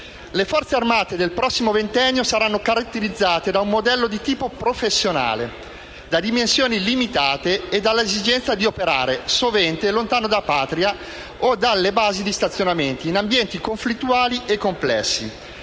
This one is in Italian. «Le Forze armate del prossimo ventennio saranno caratterizzate da un modello di tipo professionale, da dimensioni limitate e dall'esigenza di operare, sovente lontano dalla Patria o dalle basi di stazionamento, in ambienti conflittuali e complessi.